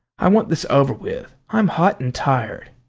i want this over with i'm hot and tired.